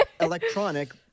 electronic